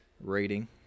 rating